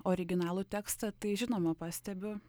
originalų tekstą tai žinoma pastebiu